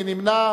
מי נמנע?